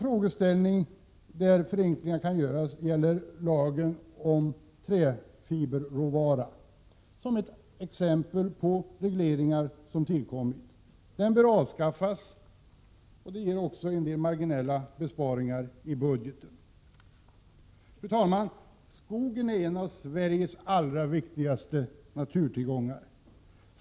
Ett annat område där förenklingar kan göras är lagen om träfiberråvara. Den lagen är ett exempel på regleringar som har tillkommit. Lagen bör avskaffas. Det skulle också ge en del marginella besparingar i budgeten. Fru talman! Skogen är en av Sveriges allra viktigaste naturtillgångar.